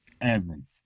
Evan